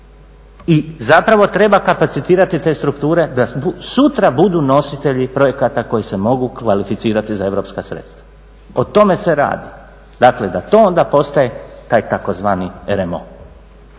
I zapravo treba kapacitirati te strukture da sutra budu nositelji projekata koji se mogu kvalificirati za europska sredstva. O tome se radi. Dakle, da to onda postaje taj tzv.